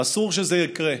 אסור שזה יקרה.